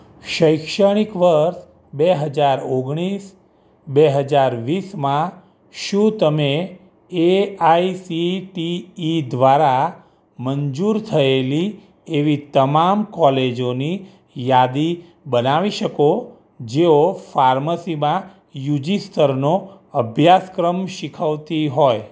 શૈક્ષણિક વર્ષ બે હજાર ઓગણીસ બે હજાર વીસમાં શું તમે A I C T E દ્વારા મંજૂર થયેલી એવી તમામ કૉલેજોની યાદી બનાવી શકો જેઓ ફાર્મસીમાં યુ જી સ્તરનો અભ્યાસક્રમ શીખવતી હોય